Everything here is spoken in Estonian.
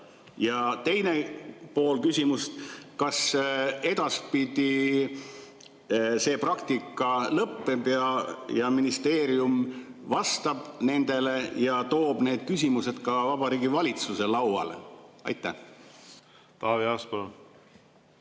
Ja teine pool küsimusest: kas edaspidi see praktika lõpeb, ministeerium vastab nendele ja toob need küsimused ka Vabariigi Valitsuse lauale? Hea juhataja!